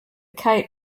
kite